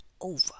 over